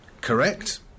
Correct